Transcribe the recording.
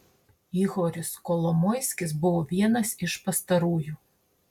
ihoris kolomoiskis buvo vienas iš pastarųjų